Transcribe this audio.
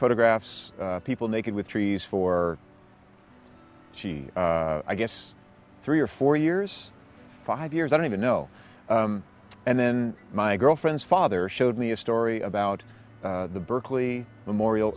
photographs people naked with trees for she i guess three or four years five years i don't even know and then my girlfriend's father showed me a story about the berkeley memorial